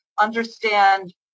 understand